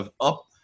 up